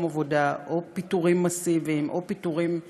עבודה או פיטורים מסיביים או פיטורים בכלל,